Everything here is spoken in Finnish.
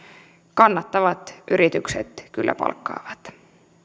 kannattavat yritykset kyllä palkkaavat